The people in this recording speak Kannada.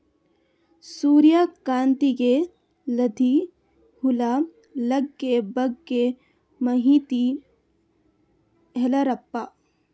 ಸೂರ್ಯಕಾಂತಿಗೆ ಲದ್ದಿ ಹುಳ ಲಗ್ಗೆ ಬಗ್ಗೆ ಮಾಹಿತಿ ಹೇಳರಪ್ಪ?